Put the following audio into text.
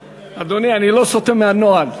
אדוני, אני לא סוטה מהנוהל.